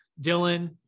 Dylan